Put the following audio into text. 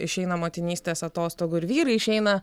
išeina motinystės atostogų ir vyrai išeina